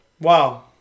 Wow